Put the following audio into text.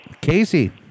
Casey